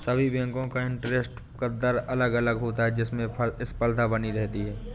सभी बेंको का इंटरेस्ट का दर अलग अलग होता है जिससे स्पर्धा बनी रहती है